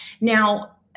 Now